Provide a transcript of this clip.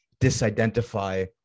disidentify